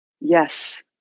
Yes